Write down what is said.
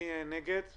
נגד?